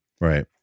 Right